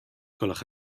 gwelwch